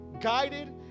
guided